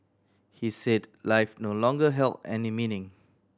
he said life no longer held any meaning